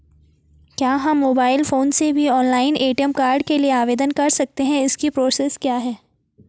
क्या हम mobile phone से भी ऑनलाइन ए.टी.एम कार्ड के लिए आवेदन कर सकते हैं इसकी क्या प्रोसेस है?